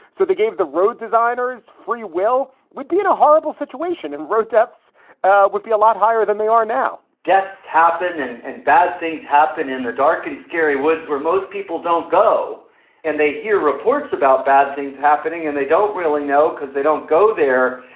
so they gave the road designers free will, would be in a horrible situation and road deaths would be a lot higher than they are now deaths happen and bad things happen in the dark and scary woods where most people don't go and they hear reports about bad things happening and they don't really know because they don't go there.